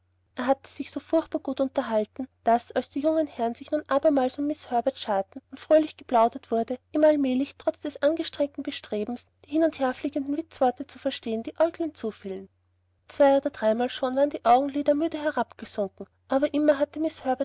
er hatte sich so furchtbar gut unterhalten daß als die jungen herren sich nun abermals um miß herbert scharten und fröhlich geplaudert wurde ihm allmählich trotz seines angestrengten bestrebens die hin und her fliegenden witzworte zu verstehen die aeuglein zufielen zwei oder dreimal schon waren die augenlider müde herabgesunken aber immer hatte miß